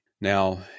Now